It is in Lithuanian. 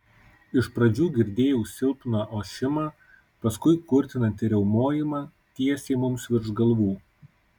iš pradžių girdėjau silpną ošimą paskui kurtinantį riaumojimą tiesiai mums virš galvų